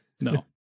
No